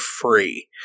free